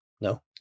No